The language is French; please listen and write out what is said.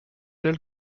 elle